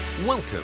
Welcome